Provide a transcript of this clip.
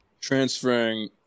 transferring